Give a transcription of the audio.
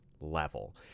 level